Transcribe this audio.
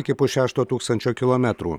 iki pusšešto tūkstančio kilometrų